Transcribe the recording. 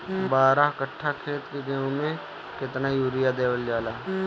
बारह कट्ठा खेत के गेहूं में केतना यूरिया देवल जा?